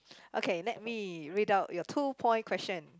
okay let me read out your two point question